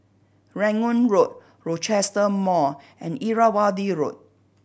Rangoon Road Rochester Mall and Irrawaddy Road